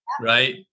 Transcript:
right